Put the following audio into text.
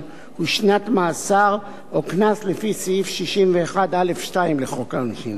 הוא שנת מאסר או קנס לפי סעיף 61א(2) לחוק העונשין,